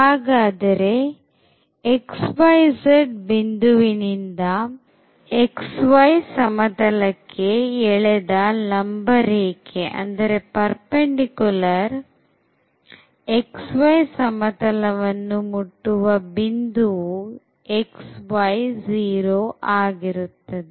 ಹಾಗಾದರೆ xyz ಬಿಂದುವಿನಿಂದ xy ಸಮತಲಕ್ಕೆ ಎಳೆದ ಲಂಬರೇಖೆಯು xy ಸಮತಲವನ್ನು ಮುಟ್ಟುವ ಬಿಂದುವು xy0 ಆಗಿರುತ್ತದೆ